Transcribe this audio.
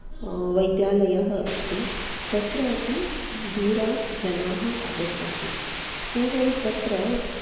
वैद्यालयः अस्ति तत्रापि दूरात् जनाः आगच्छन्ति पूर्वं तत्र